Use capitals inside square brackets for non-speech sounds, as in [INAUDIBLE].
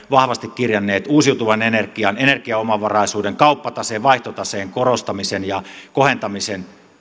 [UNINTELLIGIBLE] vahvasti kirjanneet uusiutuvan energian energiaomavaraisuuden kauppataseen vaihtotaseen korostamisen ja kohentamisen